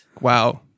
Wow